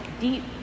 deep